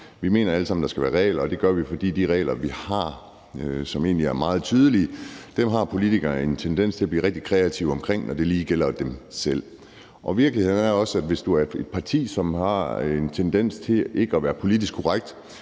mener, at der skal være regler, og det gør vi, fordi de regler, vi har, og som egentlig er meget tydelige, har politikere en tendens til at blive rigtig kreative omkring, når det lige gælder dem selv. Og virkeligheden er også, at hvis du er i et parti, som har en tendens til ikke at være politisk korrekt,